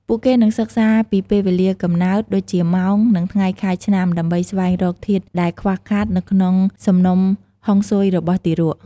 ពួកគេនឹងសិក្សាពីពេលវេលាកំណើត ដូចជា ម៉ោង និងថ្ងៃខែឆ្នាំ ដើម្បីស្វែងរកធាតុដែលខ្វះខាតនៅក្នុងសំណុំហុងស៊ុយរបស់ទារក។